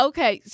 Okay